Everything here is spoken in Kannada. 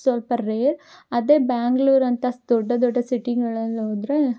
ಸ್ವಲ್ಪ ರೇರ್ ಅದೇ ಬ್ಯಾಂಗ್ಲೂರು ಅಂತ ದೊಡ್ಡ ದೊಡ್ಡ ಸಿಟಿಗಳಲ್ಲಿ ಹೋದರೆ